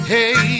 Hey